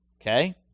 Okay